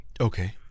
Okay